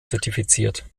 zertifiziert